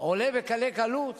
עולה בקלי קלות